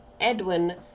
Edwin